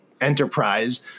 enterprise